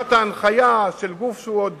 לעומת ההנחיה של גוף שהוא עוד